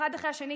אחד אחרי השני,